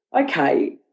okay